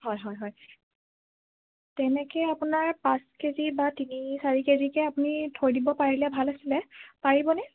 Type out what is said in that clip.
হয় হয় হয় তেনেকে আপোনাৰ পাঁচ কেজি বা তিনি চাৰি কেজিকে আপুনি থৈ দিব পাৰিলে ভাল আছিলে পাৰিবনে